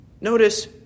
notice